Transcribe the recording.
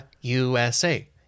USA